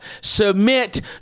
submit